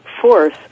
force